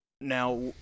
Now